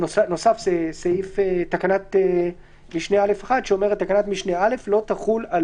נוספה תקנת משנה (א1) האומרת: "תקנת משנה (א) לא תחול על